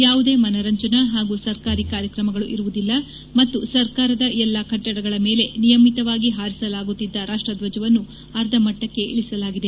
ಯಾವುದೇ ಮನರಂಜನಾ ಹಾಗೂ ಸರ್ಕಾರಿ ಕಾರ್ಯಕ್ರಮಗಳು ಇರುವುದಿಲ್ಲ ಮತ್ತು ಸರ್ಕಾರದ ಎಲ್ಲ ಕಟ್ಟಡಗಳ ಮೇಲೆ ನಿಯಮಿತವಾಗಿ ಹಾರಿಸಲಾಗುತ್ತಿದ್ದ ರಾಷ್ಟ್ರಧ್ಲಜವನ್ನು ಅರ್ಧಮಟ್ಟಕ್ಕೆ ಇಳಿಸಲಾಗಿದೆ